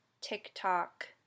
tiktok